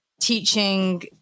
teaching